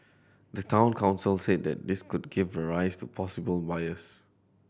the Town Council said that this could give rise to a possible bias